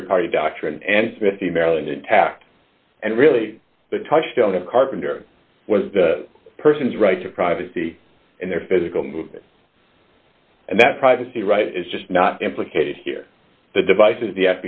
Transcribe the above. to rd party doctrine and smithy maryland intact and really the touchstone of carpenter was the person's right to privacy and their physical movement and that privacy right is just not implicated here the devices the